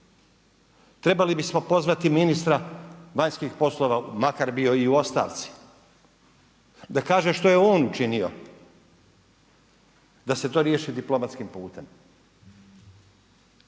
Trebali bismo pozvati ministra vanjskih poslova makar bio i u ostavci da kaže šta je on učinio da se to riješi diplomatskim putem.